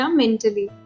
mentally